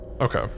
Okay